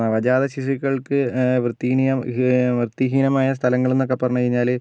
നവജാത ശിശുക്കൾക്ക് വൃത്തിഹീനിയം വൃത്തിഹീനമായ സ്ഥലങ്ങൾ എന്നൊക്കെ പറഞ്ഞു കഴിഞ്ഞാൽ